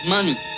Money